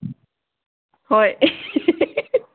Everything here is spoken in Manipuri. ꯍꯣꯏ